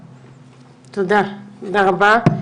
תודה, תודה רבה.